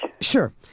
Sure